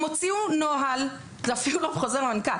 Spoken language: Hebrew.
הם הוציאו נוהל זה אפילו לא חוזר מנכ"ל